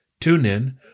TuneIn